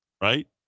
Right